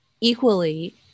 equally